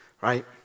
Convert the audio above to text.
right